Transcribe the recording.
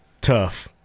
Tough